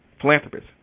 philanthropist